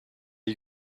you